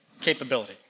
capability